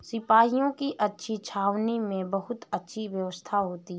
सिपाहियों की छावनी में बहुत अच्छी व्यवस्था होती है